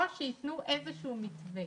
או שייתנו מתווה